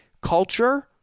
culture